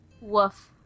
Woof